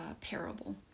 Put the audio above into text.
parable